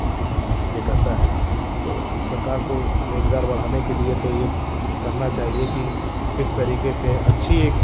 उल्टी सीधी चीज़ें करता है तो सरकार को रोजगार बढ़ाने के लिए तो एक करना चाहिए कि किस तरीके से अच्छी एक